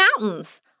mountains